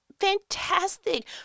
fantastic